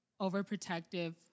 overprotective